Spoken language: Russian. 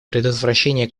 предотвращение